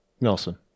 Nelson